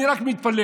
אני רק מתפלל,